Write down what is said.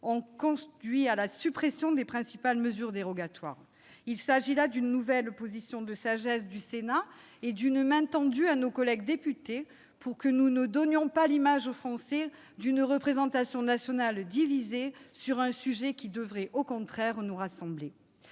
ont conduit à la suppression des principales mesures dérogatoires. Il s'agit là d'une nouvelle position de sagesse du Sénat et d'une main tendue à nos collègues députés, pour que nous ne donnions pas aux Français l'image d'une représentation nationale divisée sur un sujet qui devrait, au contraire, nous rassembler.